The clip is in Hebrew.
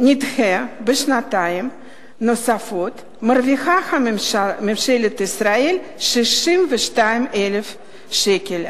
נדחה בשנתיים נוספות מרוויחה ממשלת ישראל 62,000 שקלים.